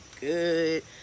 good